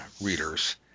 readers